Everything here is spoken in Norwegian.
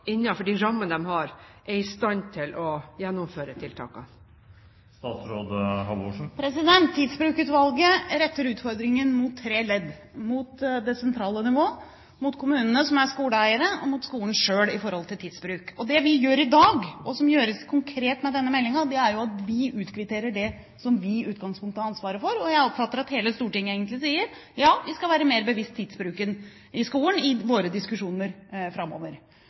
de rammene de har, er i stand til å gjennomføre tiltakene? Tidsbrukutvalget retter utfordringen mot tre ledd med tanke på tidsbruk: mot det sentrale nivå, mot kommunene som er skoleeiere, og mot skolen selv. Det vi gjør i dag – og som gjøres konkret med denne meldingen – er at vi utkvitterer det som vi i utgangspunktet har ansvaret for. Jeg oppfatter at hele Stortinget egentlig sier: Ja, vi skal være mer bevisst på tidsbruken i skolen i våre diskusjoner framover.